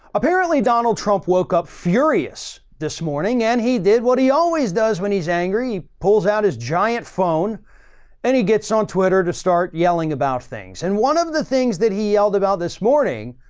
apparently donald trump woke up furious this morning and he did what he always does when he's angry, he pulls out his giant phone and he gets on twitter to start yelling about things and one of the things that he yelled about this morning